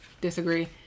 disagree